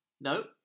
No